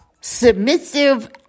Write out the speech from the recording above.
submissive